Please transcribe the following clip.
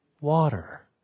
Water